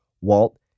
Walt